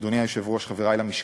אדוני היושב-ראש, חברי למשכן,